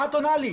מה את עונה לי?